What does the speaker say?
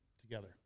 together